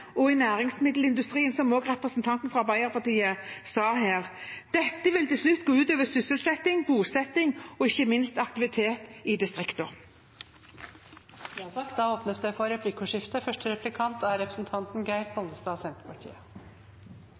og i næringsmiddelindustrien, som også representanten fra Arbeiderpartiet sa her. Dette vil til slutt gå ut over sysselsetting, bosetting og ikke minst aktivitet i distriktene. Det blir replikkordskifte. Når det